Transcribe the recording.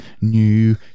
new